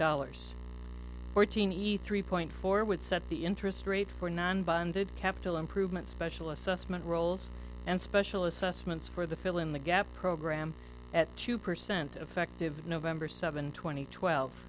dollars fourteen eat three point four would set the interest rate for non bonded capital improvement special assessment rolls and special assessments for the fill in the gap program at two percent of fact of november seventh tw